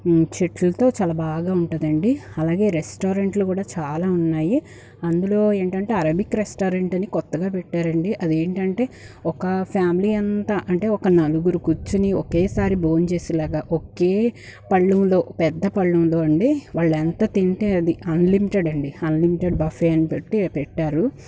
చెట్లతో చాలా బాగా ఉంటుందండి అలాగే రెస్టారెంట్లు కూడా చాలా ఉన్నాయి అందులో ఏంటంటే అరబిక్ రెస్టారెంట్ అని కొత్తగా పెట్టారండీ అది ఏంటంటే ఒక ఫ్యామిలీ అంతా అంటే ఒక నలుగురు కూర్చుని ఒకేసారి భోంచేసేలాగా ఒకే పళ్లెంలో పెద్ద పళ్లెంలో అండీ వాళ్ళు ఎంత తింటే అది అన్లిమిటెడ్ అండీ అన్లిమిటెడ్ బఫె అని పెట్టి పెట్టారు